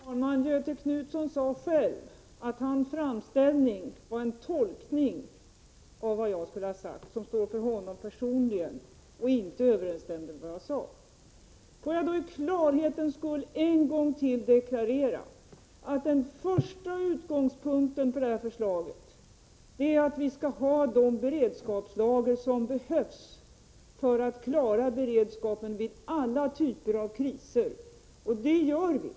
Herr talman! Göthe Knutson sade själv att hans framställning var en tolkning av vad jag skulle ha sagt. Den får stå för honom personligen, men den överensstämmer inte med vad jag sade. Låt mig för klarhetens skull än en gång deklarera att den första utgångspunkten för det här förslaget är att vi skall ha de beredskapslager som behövs för att klara beredskapen vid alla typer av kriser, och det gör vi.